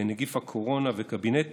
בנגיף הקורונה וקבינט